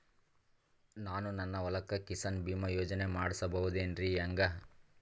ನಾನು ನನ್ನ ಹೊಲಕ್ಕ ಕಿಸಾನ್ ಬೀಮಾ ಯೋಜನೆ ಮಾಡಸ ಬಹುದೇನರಿ ಹೆಂಗ?